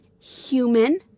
human